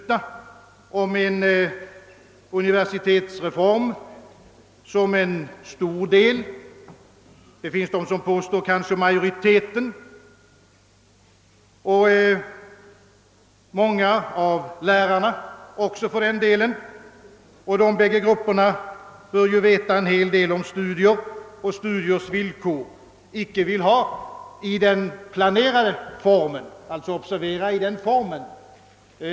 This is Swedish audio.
En stor del — somliga påstår kanske majoriteten — av studenterna och för övrigt även många av lärarna, två grupper som ju bör veta en hel del om studier och studievillkor, vill icke ha den uni versitetsreform, som vi nu går att besluta om, i den planerade formen.